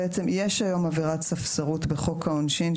יש היום עבירת ספסרות העונשין,